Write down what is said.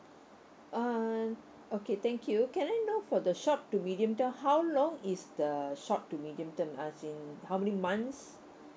uh okay thank you can I know for the short to medium term how long is the short to medium term as in how many months